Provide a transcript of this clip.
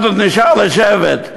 אחד עוד נשאר לשבת.